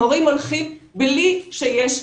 המורים הולכים בלי שיש,